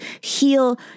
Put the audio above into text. heal